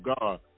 God